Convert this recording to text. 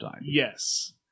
Yes